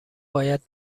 باید